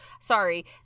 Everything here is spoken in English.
Sorry